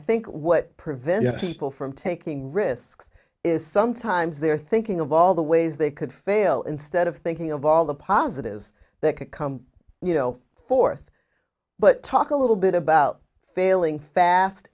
think what prevents people from taking risks is sometimes they're thinking of all the ways they could fail instead of thinking of all the positives that could come you know fourth but talk a little bit about failing fast